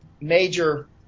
major